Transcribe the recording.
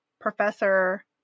Professor